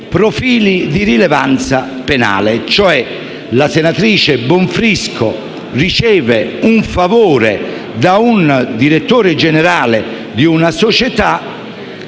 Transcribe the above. profili di rilevanza penale. Cioè la senatrice Bonfrisco riceve un favore da un direttore generale di una società,